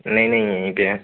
नहीं नहीं यहीं पर हैं